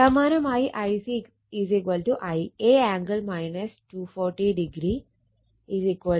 സമാനമായി Ic Ia angle 240o 6